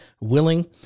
willing